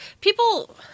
People